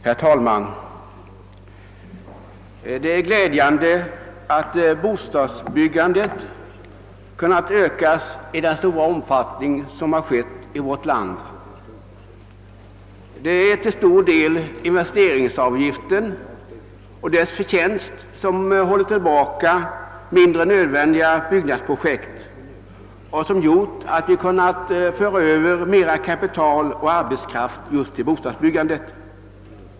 Herr talman! Det är glädjande att vårt bostadsbyggande kunnat ökas så kraftigt som skett. Ökningen är till stor del investeringsavgiftens förtjänst — investeringsavgiften håller ju tillbaka mindre nödvändiga byggnadsprojekt, vilket gör att vi kan föra över mera kapital och arbetskraft till just bostadsbyggandet.